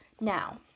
Now